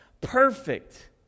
perfect